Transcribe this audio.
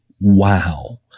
wow